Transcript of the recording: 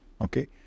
Okay